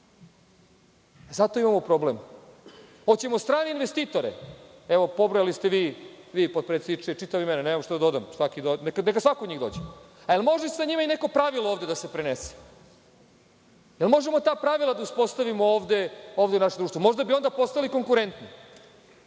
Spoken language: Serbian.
Zato imamo problem. Hoćemo strane investitore? Evo, pobrojali ste vi, potpredsedniče, čitava imena, nemam šta da dodam, neka svako od njih dođe. Da li može sa njima i neko pravilo ovde da se prenese? Da li možemo ta pravila da uspostavimo ovde u našem društvu? Možda bi onda postali konkurentni.